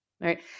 Right